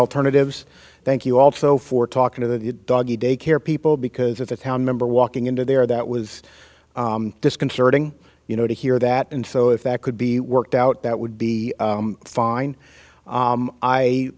alternatives thank you also for talking to the doggie daycare people because of the town member walking into there that was disconcerting you know to hear that and so if that could be worked out that would be fine